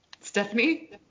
Stephanie